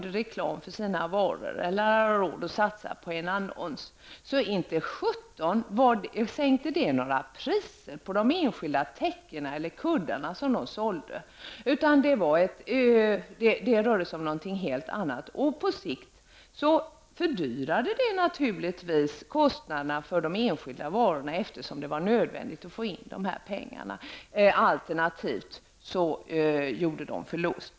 Deras reklam för varorna -- när de hade råd att satsa på annonsering -- innebar dock inte att priset på de täcken eller kuddar som såldes kunde sänkas. På sikt blev det naturligtvis en fördyring vad gäller de enskilda varorna. Mina föräldrar måste ju få in vad de hade satsat. Alternativet var att det blev en förlust.